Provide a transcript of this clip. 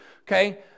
okay